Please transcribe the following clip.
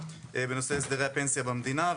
בנושא הסדרי הפנסיה במדינה,